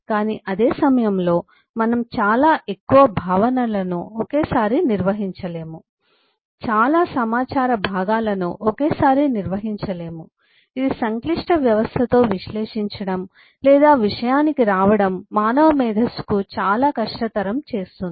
కానీ అదే సమయంలో మనం చాలా ఎక్కువ భావనలను ఒకేసారి నిర్వహించలేము చాలా సమాచార భాగాలను ఒకేసారి నిర్వహించలేము ఇది సంక్లిష్ట వ్యవస్థతో విశ్లేషించటం లేదా విషయానికి రావడం మానవ మేధస్సుకు చాలా కష్టతరం చేస్తుంది